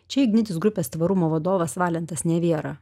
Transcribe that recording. čia ignitis grupės tvarumo vadovas valentas neviera